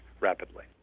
rapidly